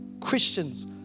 Christians